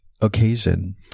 occasion